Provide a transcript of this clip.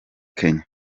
kenya